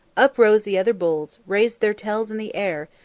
up rose the other bulls, raised their tails in the air,